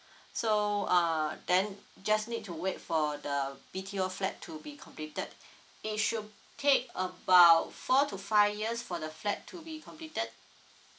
so uh then just need to wait for the B_T_O flat to be completed it should take about four to five years for the flat to be completed